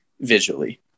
visually